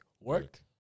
work